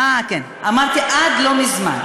אמרתי: עד לא מזמן.